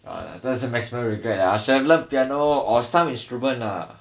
!aiya! 真的是 might as well regret lah should have learn piano or some instrument lah